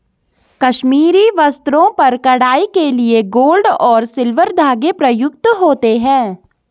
कश्मीरी वस्त्रों पर कढ़ाई के लिए गोल्ड और सिल्वर धागे प्रयुक्त होते हैं